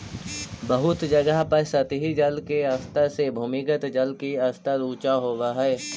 बहुत जगह पर सतही जल के स्तर से भूमिगत जल के स्तर ऊँचा होवऽ हई